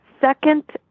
second